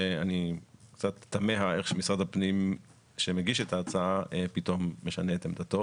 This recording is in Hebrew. שאני קצת תמה שמשרד הפנים שמגיש את ההצעה פתאום משנה את עמדתו